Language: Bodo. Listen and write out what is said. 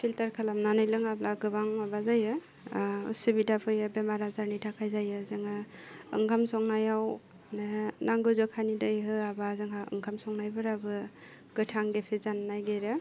फिल्टार खालामनानै लोङाब्ला गोबां माबा जायो ओह असुबिदा फैयो बेमार आजारनि थाखाय जायो जोङो ओंखाम संनायावनो नांगौ जखानि दै होआबा जोंहा ओंखाम संनायफोराबो गोथां गेफे जानो नागिरो